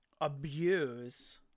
abuse